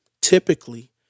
Typically